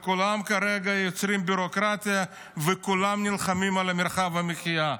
כולם כרגע יוצרים ביורוקרטיה וכולם נלחמים על מרחב המחיה.